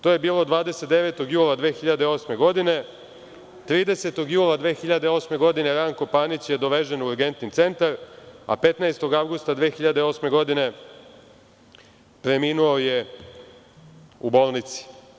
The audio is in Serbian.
To je bilo 29. jula 2008. godine, 30. jula 2008. godine Ranko Panić je dovežen u Urgentni centar, a 15. avgusta 2008. godine preminuo je u bolnici.